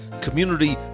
community